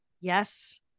Yes